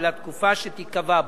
ולתקופה שתיקבע בה".